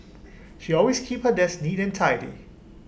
she always keeps her desk neat and tidy